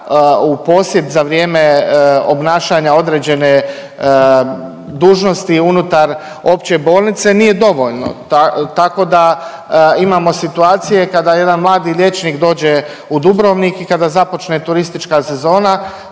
u posjed za vrijeme obnašanja određene dužnosti unutar opće bolnice nije dovoljno. Tako da imamo situacije kada jedan mladi liječnik dođe u Dubrovnik i kada započne turistička sezona,